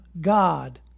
God